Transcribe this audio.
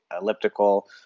elliptical